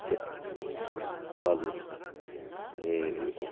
छे हजुर ए